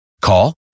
Call